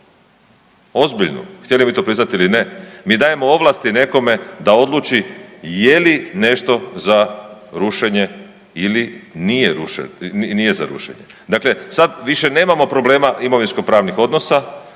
ozbiljnu, htjeli vi to priznat ili ne. Mi dajemo ovlasti nekome da odluči je li nešto za rušenje ili nije za rušenje, dakle sad više nemamo problema imovinskopravnih odnosa,